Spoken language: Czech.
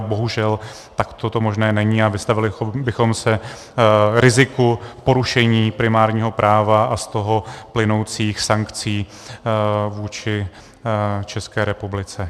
Bohužel, takto to možné není, vystavili bychom se riziku porušení primárního práva a z toho plynoucích sankcí vůči České republice.